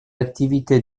activité